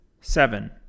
seven